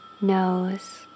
nose